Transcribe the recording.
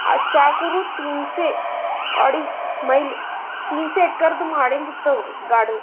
ಆ ಚಾಕೂರು ತಿನ್ಸಿ ಅಡಿ ಮೈಲ್ ತೀನ್ಸೆ ಕರ್ದ್ ಮಾಡಿಂದಿತ್ತು ಗಾಡು